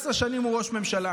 17 שנים בנימין נתניהו,